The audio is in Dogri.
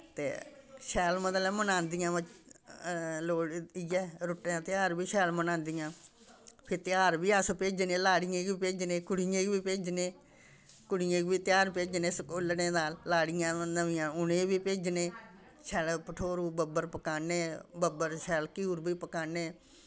ते शैल मतलब मनांदियां लोहड़ी इ'यै रुट्टें दा तेहार बी शैल मनांदियां फ्ही तेहार बी अस भेजने लाड़ियें गी भेजने कुड़ियें गी बी भेजने कुड़ियें गी बी तेहार भेजने स्कोलड़ें दा लड़ियां नमियां उ'नें गी बी भेजने शैल भठोरू बब्बर पकाने बब्बर शैल क्यूर बी पकाने